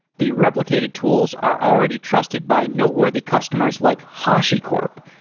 the replicated tools are already trusted by noteworthy customers like hashicorp,